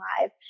live